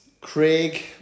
Craig